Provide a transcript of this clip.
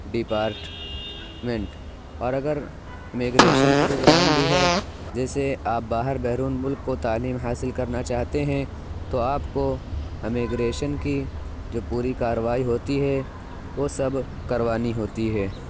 department اور اگر immigration programme بھی ہے جیسے آپ باہر بیرون ملک کو تعلیم حاصل کرنا چاہتے ہیں تو آپ کو امیگرینش کی جو پوری کاروائی ہوتی ہے وہ سب کروانی ہوتی ہے